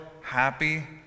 happy